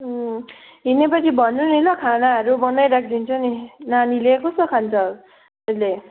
अँ हिँडेपछि भन्नु नि ल खानाहरू बनाइराखिदिन्छु नि नानीले कस्तो खान्छ अहिले